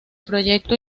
proyecto